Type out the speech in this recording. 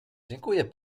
dziękuję